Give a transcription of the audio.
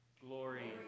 Glory